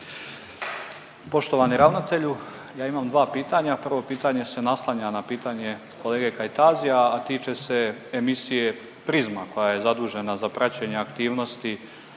Poštovani ravnatelju, ja imam dva pitanja, prvo pitanje se naslanja na pitanje kolege Kajtazija, a tiče se emisije „Prizma“ koja je zadužena za praćenje aktivnosti